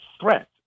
threat